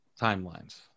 timelines